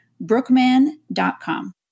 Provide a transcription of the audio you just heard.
brookman.com